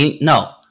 no